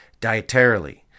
dietarily